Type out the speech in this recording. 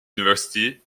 university